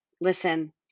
listen